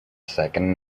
second